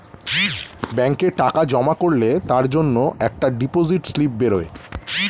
ব্যাংকে টাকা জমা করলে তার জন্যে একটা ডিপোজিট স্লিপ বেরোয়